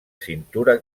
cintura